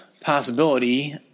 possibility